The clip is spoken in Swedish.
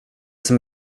som